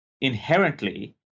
inherently